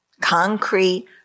Concrete